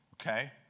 okay